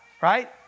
Right